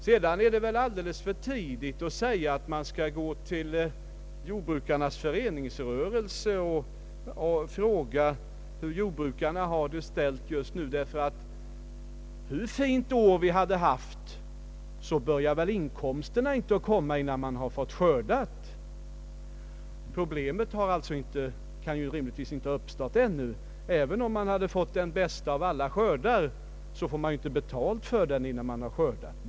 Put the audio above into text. Det är väl alldeles för tidigt att säga att man skall gå till jordbrukarnas föreningsrörelse och fråga hur jordbrukarna har det ställt just nu, ty hur fint ett år än har varit kommer inte inkomsterna förrän man har skördat. Problemet kan rimligtvis ännu inte ha uppstått. även om man har fått den bästa av alla skördar får man inte betalt för den förrän man har skördat.